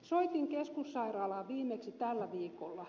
soitin keskussairaalaan viimeksi tällä viikolla